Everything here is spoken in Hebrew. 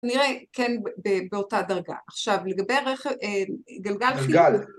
נראה כן באותה דרגה. עכשיו לגבי גלגל ???